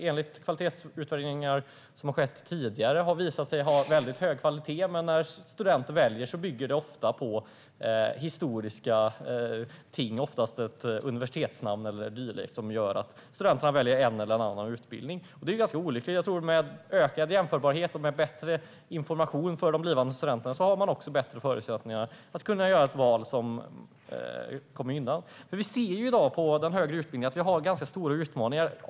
Tidigare kvalitetsutvärderingar har visat att dessa har väldigt hög kvalitet. Men när studenter väljer en viss utbildning bygger valen ofta på historiska ting, såsom ett universitetsnamn eller dylikt, vilket är olyckligt. Med ökad jämförbarhet och bättre information för blivande studenter ökar förutsättningarna att göra val som gynnar dem. I dag ser vi dock att det finns stora utmaningar för den högre utbildningen.